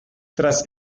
tras